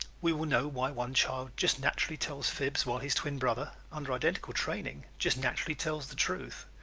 we will know why one child just naturally tells fibs while his twin brother, under identical training, just naturally tells the truth.